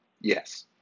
yes